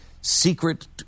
secret